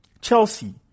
Chelsea